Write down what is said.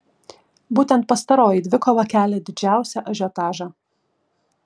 būtent pastaroji dvikova kelia didžiausią ažiotažą